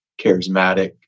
charismatic